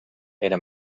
era